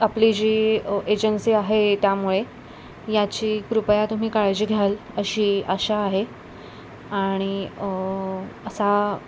आपली जी एजन्सी आहे त्यामुळे याची कृपया तुम्ही काळजी घ्याल अशी आशा आहे आणि असा